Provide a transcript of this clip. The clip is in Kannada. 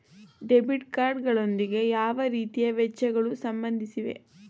ಡೆಬಿಟ್ ಕಾರ್ಡ್ ಗಳೊಂದಿಗೆ ಯಾವ ರೀತಿಯ ವೆಚ್ಚಗಳು ಸಂಬಂಧಿಸಿವೆ?